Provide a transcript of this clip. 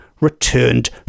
returned